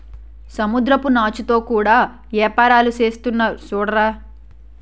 సముద్రపు నాచుతో కూడా యేపారాలు సేసేస్తున్నారు సూడరా